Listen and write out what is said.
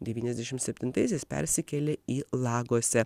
devyniasdešimt septintaisiais persikėlė į lagose